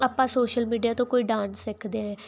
ਆਪਾਂ social media ਤੋਂ ਕੋਈ ਡਾਂਸ ਸਿੱਖਦੇ